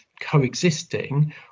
coexisting